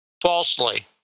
falsely